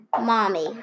Mommy